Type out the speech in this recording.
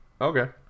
Okay